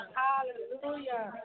hallelujah